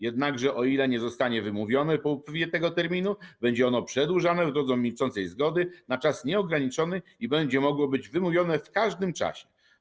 Jednakże o ile nie zostanie wymówione po upływie tego terminu, będzie ono przedłużone w drodze milczącej zgody na czas nieograniczony i będzie mogło być wymówione w każdym czasie.